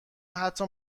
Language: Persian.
حتی